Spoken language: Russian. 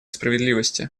справедливости